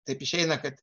taip išeina kad